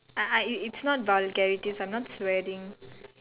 I ah it's not vulgarity I'm not swearing